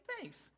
thanks